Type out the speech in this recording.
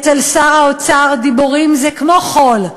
אצל שר האוצר דיבורים זה כמו חול,